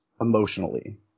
emotionally